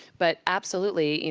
but absolutely. you